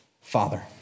Father